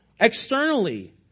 Externally